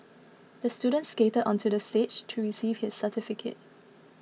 the student skated onto the stage to receive his certificate